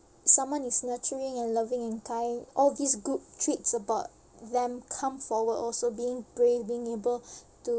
someone is nurturing and loving and kind all these good traits about them come forward also being brave being able to